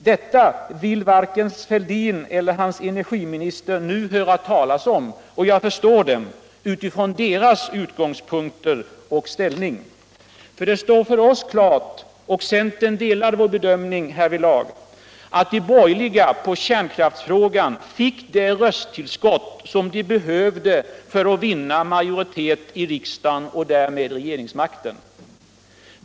Detta vill varken Fälldin elier hans energiminister nu höra talas om, och jag förstår dem utifrån deras utgångspunkter och ställning. Det står för oss klart — och centern deltar vår bedömning härvidlag - att de borgerliga på kärnkraftsfrågan fick det rösttillskott som de behövde för att vinna majoritet i riksdagen och därmed regeringsmakten.